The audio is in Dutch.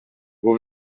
wij